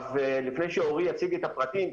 לפני שאורי יציג את הפרטים,